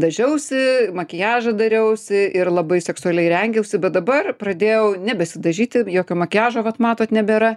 dažiausi makiažą dariausi ir labai seksualiai rengiausi bet dabar pradėjau nebesidažyti jokio makiažo vat matot nebėra